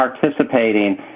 participating